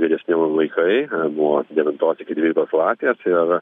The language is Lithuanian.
vyresni vaikai nuo devintos iki dvyliktos klasės ir